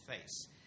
face